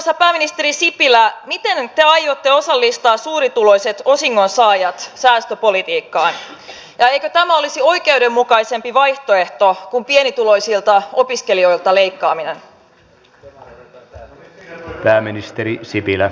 arvoisa pääministeri sipilä miten te aiotte osallistaa suurituloiset osingonsaajat säästöpolitiikkaan ja eikö tämä olisi oikeudenmukaisempi vaihtoehto kuin pienituloisilta opiskelijoilta leikkaaminen